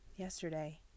yesterday